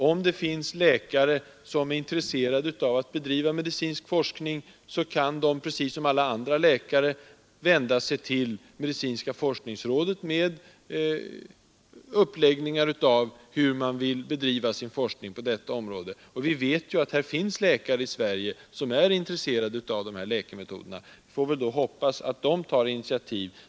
Om det finns läkare som är intresserade av att bedriva medicinsk forskning om några speciella metoder, kan de som alla andra läkare vända sig till medicinska forskningsrådet och hos detta lämna en redovisning av hur de vill bedriva sin forskning. Vi vet att det finns läkare i Sverige som är intresserade av just dessa läkemetoder, och vi får hoppas att de tar ett initiativ.